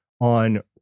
on